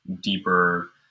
deeper